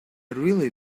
really